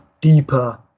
deeper